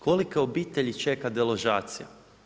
Kolike obitelji čeka deložacija?